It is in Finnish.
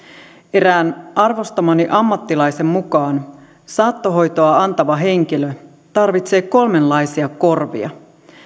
erään arvostamani ammattilaisen mukaan saattohoitoa antava henkilö tarvitsee kolmenlaisia korvia